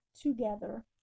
together